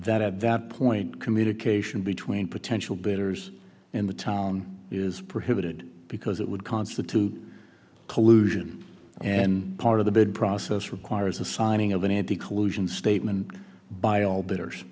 that at that point communication between potential bidders in the town is prohibited because it would constitute collusion and part of the bid process requires the signing of an anti collusion statement by all